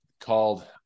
called